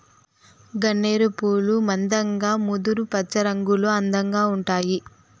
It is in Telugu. గన్నేరు పూలు మందంగా ముదురు పచ్చరంగులో అందంగా ఉంటాయి